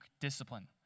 discipline